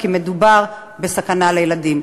כי מדובר בסכנה לילדים.